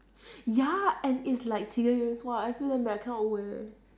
ya and it's like serious !wah! I feel damn bad I cannot wear